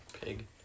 Pig